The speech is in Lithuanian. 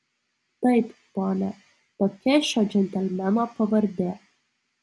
taip pone tokia šio džentelmeno pavardė